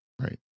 Right